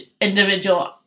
individual